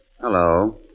Hello